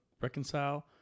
reconcile